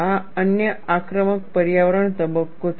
આ અન્ય આક્રમક પર્યાવરણ તબક્કો છે